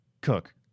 cook